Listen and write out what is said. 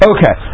Okay